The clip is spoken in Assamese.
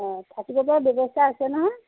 অ' থাকিব পৰা ব্যৱস্থা আছে নহয়